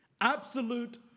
Absolute